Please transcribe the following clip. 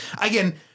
Again